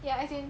ya as in